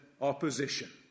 opposition